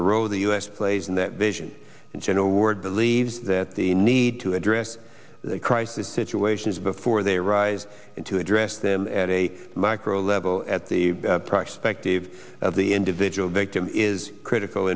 the role of the u s plays in that vision and general ward believes that the need to address the crisis situations before they arise in to address them at a micro level at the prospect of of the individual victim is critical